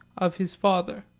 of his father.